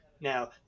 Now